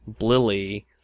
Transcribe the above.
Blilly